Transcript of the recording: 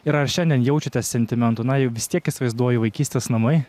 ir ar šiandien jaučiate sentimentų na jau vis tiek įsivaizduoju vaikystės namai